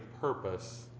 purpose